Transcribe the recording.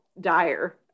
dire